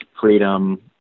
freedom